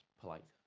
Polite